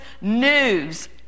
news